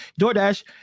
DoorDash